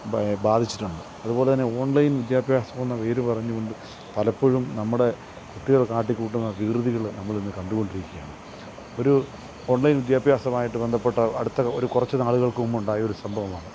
ഭയ ബാധിച്ചിട്ടുണ്ട് അതുപോലെത്തന്നെ ഓണ്ലൈന് വിദ്യാഭ്യാസമെന്ന പേരുപറഞ്ഞുകൊണ്ട് പലപ്പോഴും നമ്മുടെ കുട്ടികള് കാട്ടിക്കൂട്ടുന്ന വികൃതികൾ നമ്മളിന്ന് കണ്ടുകൊണ്ടിരിക്കുകയാണ് ഒരു ഓണ്ലൈന് വിദ്യാഭ്യാസമായിട്ട് ബന്ധപ്പെട്ട അടുത്ത ഒരു കുറച്ച് നാളുകള്ക്ക് മുമ്പുണ്ടായ ഒരു സംഭവമാണ്